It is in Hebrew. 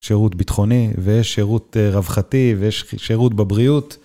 שירות ביטחוני ושירות רווחתי ושירות בבריאות.